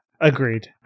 agreed